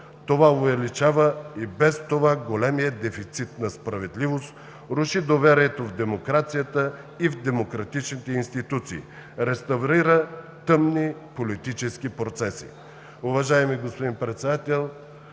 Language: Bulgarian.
Това увеличава и без друго големия дефицит на справедливост, руши доверието в демокрацията и в демократичните институции, реставрира тъмни политически процеси. Уважаеми господин Председател,